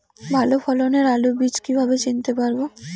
ভালো ফলনের আলু বীজ কীভাবে চিনতে পারবো?